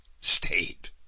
state